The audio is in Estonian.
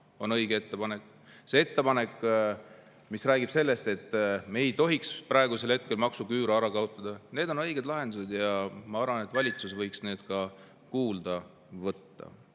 see ettepanek, mis räägib, et me ei tohiks praegu maksuküüru ära kaotada. Need on õiged lahendused ja ma arvan, et valitsus võiks neid kuulda võtta.